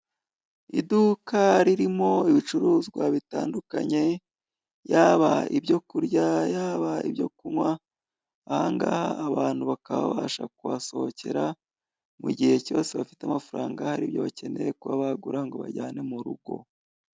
Iduka ririmo ibicuruzwa bitandukanye, yaba ibyokurya, yaba ibyo kunywa, ahangaha abantu bakasha kuhasohokera mu gihe cyose bafite amafaranga haribyo bakeneye kuba bagura ngo bajyane muru rugo.